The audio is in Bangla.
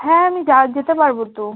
হ্যাঁ আমি যা যেতে পারবো তো